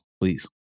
please